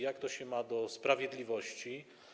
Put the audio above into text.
Jak to się ma do sprawiedliwości?